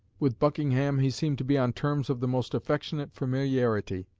with buckingham he seemed to be on terms of the most affectionate familiarity,